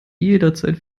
jederzeit